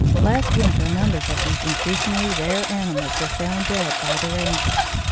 last winter numbers of these increasingly rare animals were found dead by the rangers.